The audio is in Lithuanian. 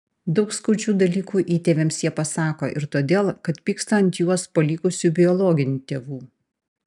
daug skaudžių dalykų įtėviams jie pasako ir todėl kad pyksta ant juos palikusių biologinių tėvų